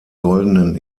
goldenen